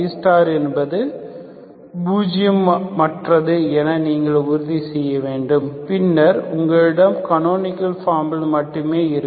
B என்பதை பூஜியமற்றது என நீங்கள் உறுதி செய்ய வேண்டும் பின்னர் உங்களிடம் கனோனிக்கள் ஃபார்மில் மட்டுமே இருக்கும்